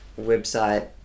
website